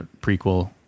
prequel